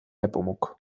nepomuk